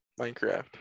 Minecraft